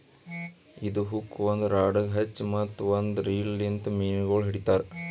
ಇದು ಹುಕ್ ಒಂದ್ ರಾಡಗ್ ಹಚ್ಚಿ ಮತ್ತ ಒಂದ್ ರೀಲ್ ಲಿಂತ್ ಮೀನಗೊಳ್ ಹಿಡಿತಾರ್